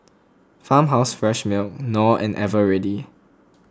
Farmhouse Fresh Milk Knorr and Eveready